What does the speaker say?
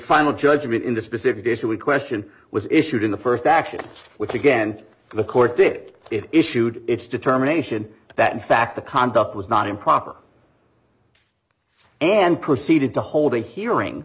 final judgment in the specific issue in question was issued in the first action which again the court did it issued its determination that in fact the conduct was not improper and proceeded to hold a hearing